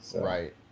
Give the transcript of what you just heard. Right